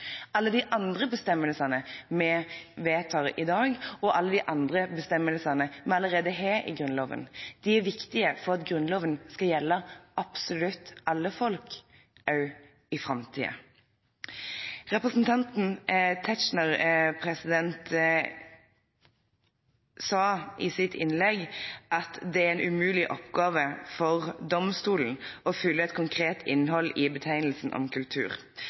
alle de andre frihetene, alle de andre bestemmelsene vi vedtar i dag, og alle de andre bestemmelsene vi allerede har i Grunnloven. De er viktige for at Grunnloven skal gjelde absolutt alle folk, også i framtiden. Representanten Tetzschner sa i sitt innlegg at det er en umulig oppgave for domstolene å fylle et konkret innhold i